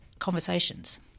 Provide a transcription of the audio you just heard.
conversations